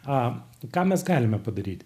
a ką mes galime padaryti